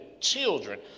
children